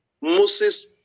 Moses